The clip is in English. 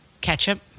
ketchup